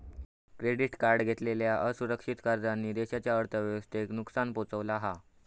credit card घेतलेल्या असुरक्षित कर्जांनी देशाच्या अर्थव्यवस्थेक नुकसान पोहचवला हा